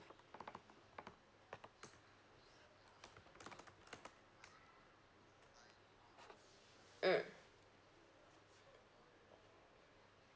mm